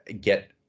get